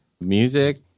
Music